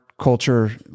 culture